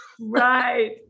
right